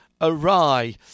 awry